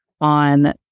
on